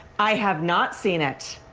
i have not seen it.